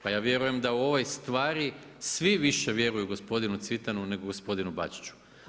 Pa ja vjerujem da u ovoj stvari svi više vjeruju gospodinu Cvitanu, nego gospodinu Bačiću.